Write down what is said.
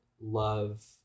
love